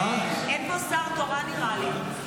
אין פה שר תורן, נראה לי.